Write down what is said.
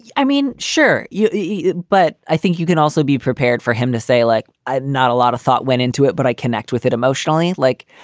yeah i mean, sure, you you but i think you can also be prepared for him to say, like, i'm not a lot of thought went into it, but i connect with it emotionally, like.